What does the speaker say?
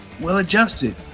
well-adjusted